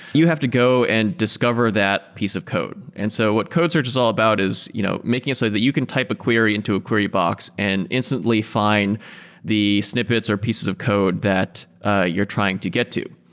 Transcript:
you have to go and discover that piece of code. and so what codes are just all about is you know making it so that you can type a query into a query box and instantly find the snippets or pieces of code that ah you're trying to get to.